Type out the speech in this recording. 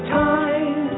time